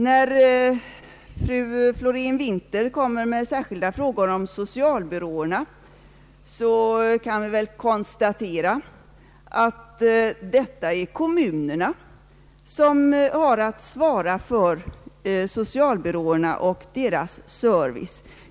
| När fru Florén-Winthér kommer med särskilda frågor om socialbyråerna kan vi väl konstatera att det är kommunerna som har att svara för socialbyråerna och deras service.